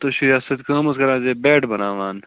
تُہۍ چھِو یتھ سۭتۍ کٲم حظ کران زِ بیٹ بناوان